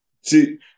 See